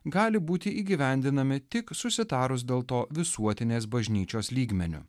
gali būti įgyvendinami tik susitarus dėl to visuotinės bažnyčios lygmeniu